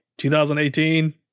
2018